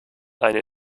eine